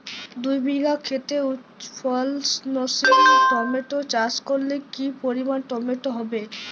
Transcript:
দুই বিঘা খেতে উচ্চফলনশীল টমেটো চাষ করলে কি পরিমাণ টমেটো হবে?